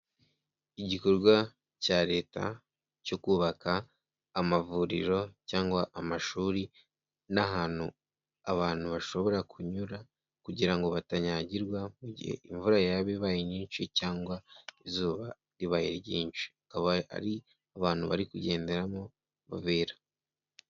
Igikorwa cya leta cyo kubaka amavuriro cyangwa amashuri n'ahantu abantu bashobora kunyura kugira ngo batanyagirwa mu gihe imvura yaba ibaye nyinshi cyangwa izuba ribaye ryinshi, akaba ari abantu bari kugenderamo b'abera.